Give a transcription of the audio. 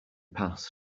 passed